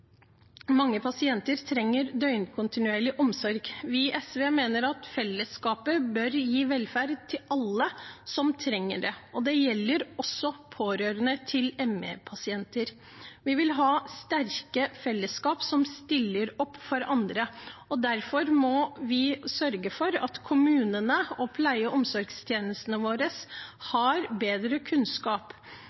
mange pasienter trenger døgnkontinuerlig omsorg. Vi i SV mener at fellesskapet bør gi velferd til alle som trenger det, og det gjelder også pårørende til ME-pasienter. Vi vil ha sterke fellesskap som stiller opp for andre, og derfor må vi sørge for at kommunene og pleie- og omsorgstjenestene våre har bedre kunnskap.